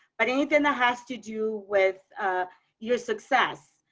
but anything that has to do with your success,